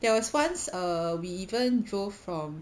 there was once err we even drove from